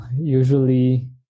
usually